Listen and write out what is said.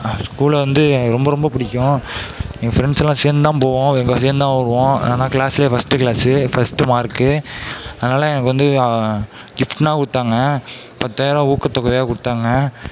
ஸ்கூலை வந்து ரொம்ப ரொம்ப பிடிக்கும் என் பிரெண்ட்ஸுலாம் சேர்ந்துதான் போவோம் எங்கே போனாலும் சேர்ந்துதான் வருவோம் ஆனால் கிளாஸுலேயே ஃபஸ்ட்டு கிளாஸு ஃபஸ்ட்டு மார்க்கு அதனால எனக்கு வந்து கிஃப்ட்டுலாம் கொடுத்தாங்க பத்தாயிரம் ஊக்கத்தொகையாக கொடுத்தாங்க